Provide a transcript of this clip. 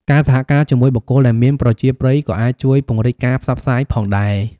ការសហការជាមួយបុគ្គលដែលមានប្រជាប្រិយក៏អាចជួយពង្រីកការផ្សព្វផ្សាយផងដែរ។